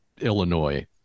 illinois